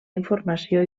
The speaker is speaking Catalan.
informació